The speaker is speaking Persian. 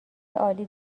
عالی